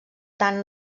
tant